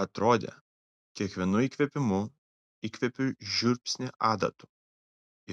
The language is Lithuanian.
atrodė kiekvienu įkvėpimu įkvepiu žiupsnį adatų